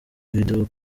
video